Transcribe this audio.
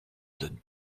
donne